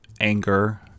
anger